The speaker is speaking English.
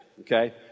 Okay